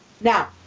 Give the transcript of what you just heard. Now